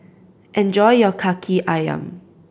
enjoy your Kaki Ayam